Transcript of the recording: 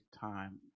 time